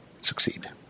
succeed